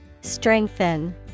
Strengthen